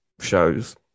shows